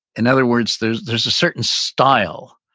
in other words, there's there's a certain style.